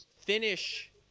finish